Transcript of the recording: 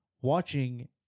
watching